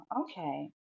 okay